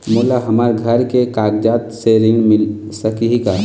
मोला हमर घर के कागजात से ऋण मिल सकही का?